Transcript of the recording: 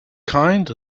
kind